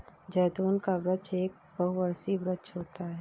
जैतून का वृक्ष एक बहुवर्षीय वृक्ष होता है